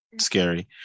scary